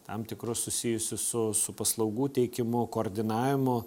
tam tikrus susijusius su su paslaugų teikimu koordinavimu